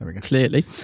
clearly